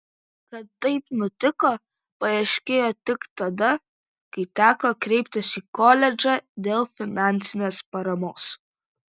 kad taip nutiko paaiškėjo tik tada kai teko kreiptis į koledžą dėl finansinės paramos